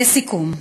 לסיכום,